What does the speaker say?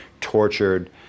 tortured